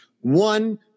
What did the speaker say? One